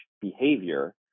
behavior